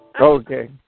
Okay